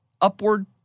upward